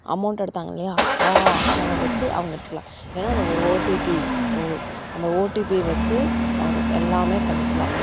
amount எடுத்தாங்க இல்லையா அவங்க அவங்க வச்சு அவங்க எடுத்துக்கலாம் ஏனால் அந்த ஒரு ஓடிபி போதும் அந்த ஓடிபி வச்சு அவங்க எல்லாமே பண்ணிக்கலாம்